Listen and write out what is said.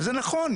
וזה נכון.